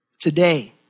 Today